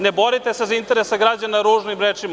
Ne borite se za interese građana ružnim rečima.